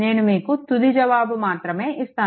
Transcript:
నేను మీకు తుది జవాబు మాత్రమే ఇస్తాను